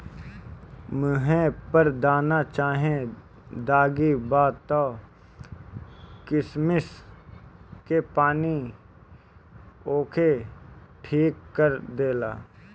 मुहे पर दाना चाहे दागी बा त किशमिश के पानी ओके ठीक कर देला